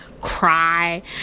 cry